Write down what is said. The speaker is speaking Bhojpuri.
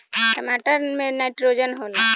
टमाटर मे नाइट्रोजन होला?